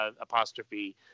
apostrophe